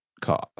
cost